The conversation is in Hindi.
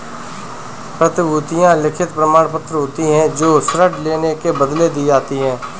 प्रतिभूतियां लिखित प्रमाणपत्र होती हैं जो ऋण लेने के बदले दी जाती है